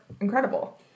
incredible